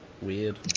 Weird